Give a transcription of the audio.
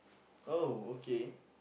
oh okay